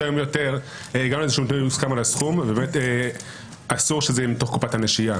אסור שזה יהיה מתוך קופת הנשייה.